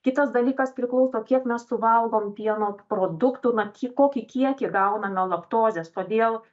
kitas dalykas priklauso kiek mes suvalgom pieno produktų na kie kokį kiekį gauname laktozės todėl